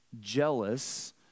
jealous